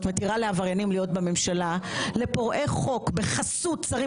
מתירה לעבריינים להיות בממשלה לפורעי חוק בחסות שרים